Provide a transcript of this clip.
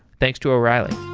thanks to o'reilly